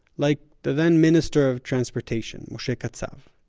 like the then minister of transportation, moshe katsav.